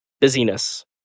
busyness